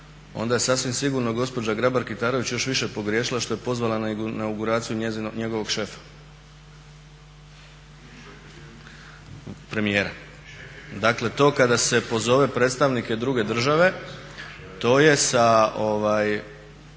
onda je sasvim sigurno gospođa Grabar Kitarović još više pogriješila što je pozvala na inauguraciju njegovog šefa. …/Upadica se ne čuje./… Premijera. Dakle to kada se pozove predstavnike druge države to je sa